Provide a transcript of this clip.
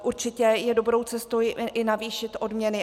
Určitě je dobrou cestou i navýšit odměny.